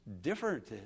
different